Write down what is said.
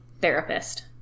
therapist